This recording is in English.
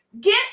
Get